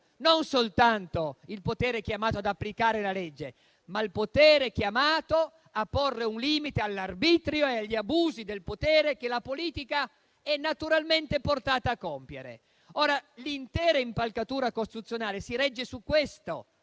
non soltanto il potere chiamato ad applicare la legge, ma anche il potere chiamato a porre un limite all'arbitrio e agli abusi del potere che la politica è naturalmente portata a compiere. L'intera impalcatura costituzionale si regge su questo